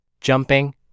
jumping